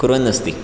कुर्वन्नस्ति